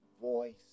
voice